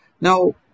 Now